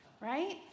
right